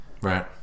Right